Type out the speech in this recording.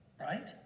Right